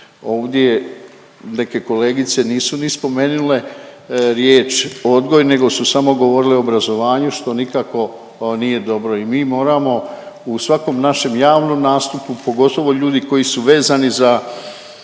Ovdje neke kolegice nisu ni spomenule riječ odgoj nego su samo govorile o obrazovanju što nikako nije dobro i mi moramo u svakom našem javnom nastupu pogotovo ljudi koji su vezani za